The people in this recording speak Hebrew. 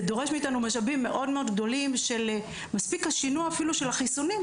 זה דורש מאיתנו משאבים לצורך שינוע ברכבים